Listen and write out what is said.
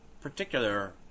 particular